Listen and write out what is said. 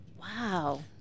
Wow